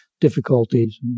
difficulties